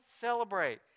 celebrate